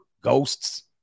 ghosts